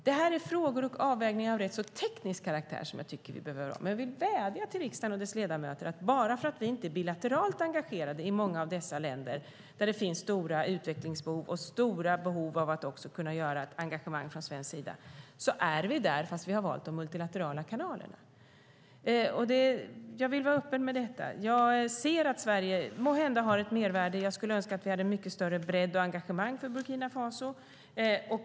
Detta är frågor och avvägningar av ganska teknisk karaktär, men jag vill vädja till riksdagen och dess ledamöter: Bara för att vi inte är bilateralt engagerade i många av dessa länder där det finns stora utvecklingsbehov och stora behov av engagemang från svensk sida är vi inte frånvarande. Vi är där, fast vi har valt de multilaterala kanalerna. Jag ser att Sverige måhända har ett mervärde. Jag skulle önska att vi hade större bredd och större engagemang för Burkina Faso.